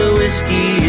whiskey